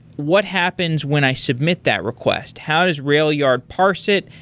what happens when i submit that request? how does railyard parse it?